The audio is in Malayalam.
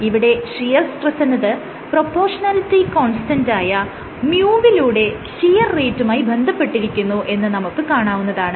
ഇവിടെ ഷിയർ സ്ട്രെസ് എന്നത് പ്രൊപോർഷണാലിറ്റി കോൺസ്റ്റന്റായ µ വിലൂടെ ഷിയർ റേറ്റുമായി ബന്ധപ്പെട്ടിരിക്കുന്നു എന്ന് നമുക്ക് കാണാവുന്നതാണ്